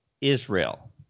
Israel